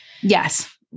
Yes